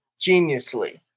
geniusly